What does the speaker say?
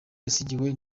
yasigiwe